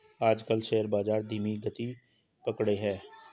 आजकल शेयर बाजार धीमी गति पकड़े हैं